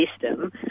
system